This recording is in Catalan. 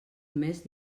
mes